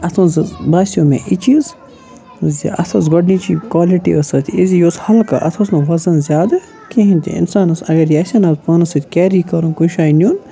اَتھ منٛز حظ باسیو مےٚ یہِ چیٖز زِ اَتھ ٲس گۄڈنِچی کالِٹی ٲس اَتھ ایٖزی یہِ اوس ہَلکہٕ اَتھ اوس نہٕ وَزن زیادٕ کِہیٖنۍ تہِ انسانَس اگر یہِ آسِہِ ہانہ پانَس سۭتۍ کیری کَرُن یا کُنہِ جاے نِیُن